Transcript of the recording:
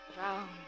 Round